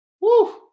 Woo